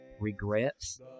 regrets